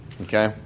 Okay